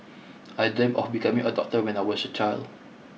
I dreamt of becoming a doctor when I was a child